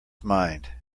mind